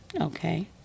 Okay